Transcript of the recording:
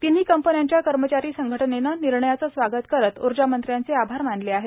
तिन्ही कंपन्यांच्या कर्मचारी संघटनेनं निर्णयाचं स्वागत करत ऊर्जामंत्र्यांचे आभार मानले आहेत